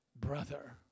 brother